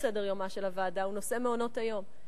סדר-יומה של הוועדה הוא נושא מעונות היום.